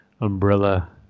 umbrella